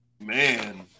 Man